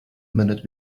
minute